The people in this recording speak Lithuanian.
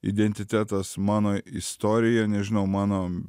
identitetas mano istorija nežinau mano